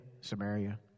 Samaria